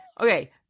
Okay